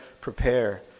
prepare